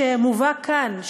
שמובא כאן,